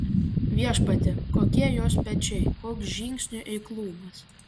viešpatie kokie jos pečiai koks žingsnių eiklumas